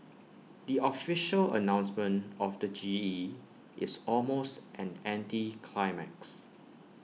the official announcement of the G E is almost an anticlimax